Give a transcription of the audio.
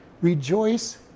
Rejoice